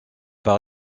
par